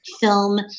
film